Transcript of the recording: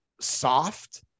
soft